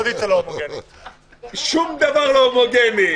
שום דבר לא הומוגני.